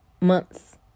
months